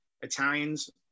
Italians